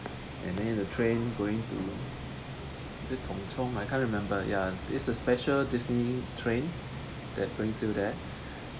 and then the train going to is it tom tom I can't remember ya is a special disney train that brings you there